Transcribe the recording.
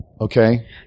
okay